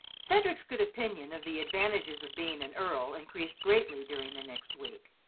cedric's good opinion of the advantages of being an earl increased greatly during the next week.